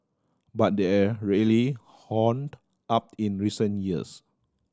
but there really honed up in recent years